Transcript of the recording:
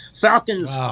Falcons